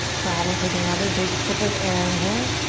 go ahead and take another big sip of air in here.